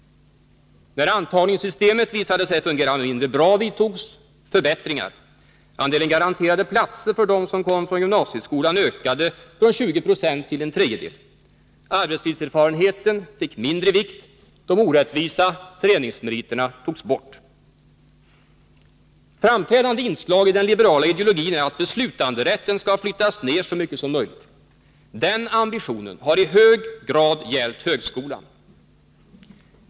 När antagningssystemet visade sig fungera mindre bra genomfördes förbättringar. Andelen garanterade platser för dem som kom från gymnasieskolan ökade från en femtedel till en tredjedel. Arbetslivserfarenheten fick mindre vikt. De orättvisa föreningsmeriterna togs bort. Framträdande inslag i den liberala ideologin är att beslutanderätten skall flyttas ned så mycket som möjligt. Den ambitionen har i hög grad gällt högskolan.